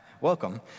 Welcome